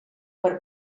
per